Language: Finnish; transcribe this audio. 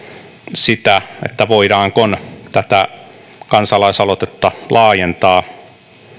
sitä voidaanko tätä kansalaisaloitetta laajentaa